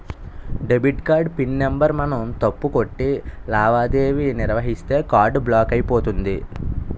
debit card PIN number మనం తప్పు కొట్టి లావాదేవీ నిర్వహిస్తే కార్డు బ్లాక్ అయిపోతుంది